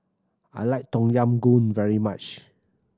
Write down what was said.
I like Tom Yam Goong very much